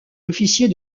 officier